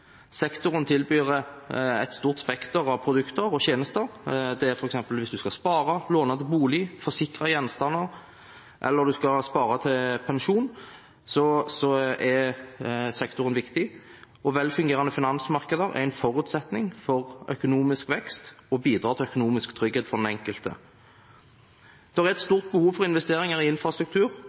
Sektoren tilbyr et stort spekter av produkter og tjenester. Hvis en f.eks. skal spare, låne til bolig, forsikre gjenstander eller spare til pensjon, er sektoren viktig. Velfungerende finansmarkeder er en forutsetning for økonomisk vekst og bidrar til økonomisk trygghet for den enkelte. Det er et stort behov for investeringer i infrastruktur,